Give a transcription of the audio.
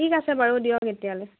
ঠিক আছে বাৰু দিয়ক